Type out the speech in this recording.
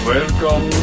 Welcome